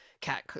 cat